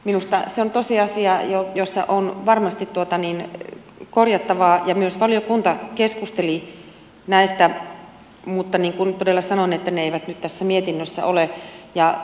minusta se on tosiasia jossa on varmasti korjattavaa ja myös valiokunta keskusteli näistä mutta niin kuin todella sanoin niin ne eivät nyt tässä mietinnössä ole